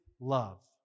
love